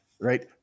Right